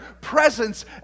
presence